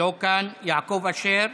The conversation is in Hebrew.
לא כאן, יעקב אשר,